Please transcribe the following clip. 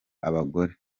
abagore